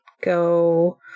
go